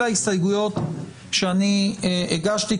אלה ההסתייגויות שאני הגשתי.